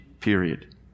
period